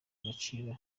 agaciro